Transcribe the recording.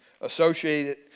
Associated